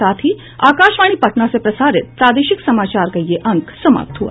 इसके साथ ही आकाशवाणी पटना से प्रसारित प्रादेशिक समाचार का ये अंक समाप्त हुआ